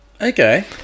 Okay